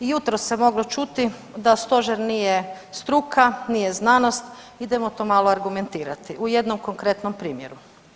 Jutros se moglo čuti da stožer nije struka nije znanost, idemo to malo argumentirati u jednom konkretnom primjeru.